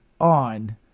on